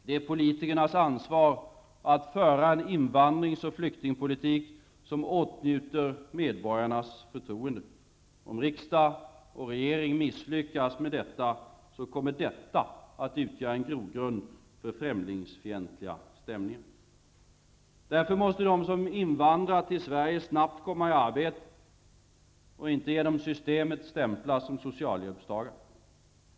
Det är politikernas ansvar att föra en invandrings och flyktingpolitik som åtnjuter medborgarnas förtroende. Om riksdag och regering misslyckas med detta kommer det att utgöra en grogrund för främlingsfientliga stämningar. Därför måste de som invandrar till Sverige snabbt komma i arbete och inte genom systemet stämplas som socialhjälpstagare.